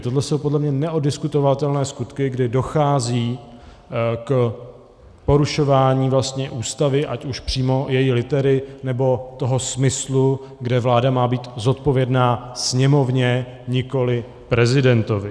Tohle jsou podle mě neoddiskutovatelné skutky, kdy dochází k porušování Ústavy, ať už přímo její litery, nebo toho smyslu, kde vláda má být zodpovědná Sněmovně, nikoliv prezidentovi.